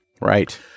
Right